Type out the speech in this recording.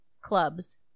clubs